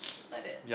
like that